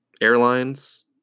Airlines